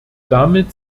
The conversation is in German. damit